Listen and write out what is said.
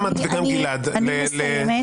גם את וגם גלעד --- אני מסיימת.